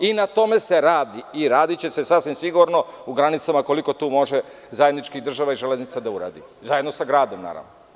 Na tome se radi i radiće se sasvim sigurno u granicama koliko to mogu zajednički država i „Železnica“ da urade, a zajedno sa Gradom, naravno.